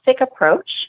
approach